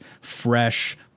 fresh